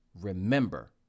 Remember